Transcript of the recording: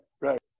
Right